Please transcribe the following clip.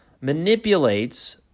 manipulates